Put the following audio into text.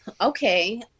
okay